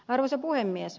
arvoisa puhemies